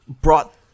brought